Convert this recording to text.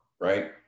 right